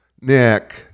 Nick